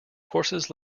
courses